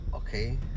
Okay